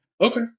Okay